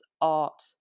art